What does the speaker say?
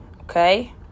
Okay